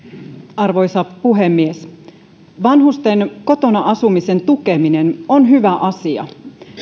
arvoisa puhemies vanhusten kotona asumisen tukeminen on hyvä asia